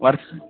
வர்ஷ